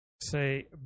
say